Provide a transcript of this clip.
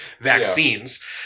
vaccines